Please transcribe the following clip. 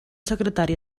secretari